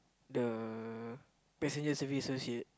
the passenger service associate